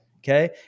Okay